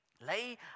Lay